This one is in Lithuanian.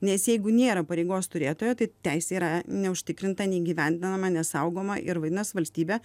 nes jeigu nėra pareigos turėtojo tai teisė yra neužtikrinta neįgyvendinama nesaugoma ir vadinas valstybė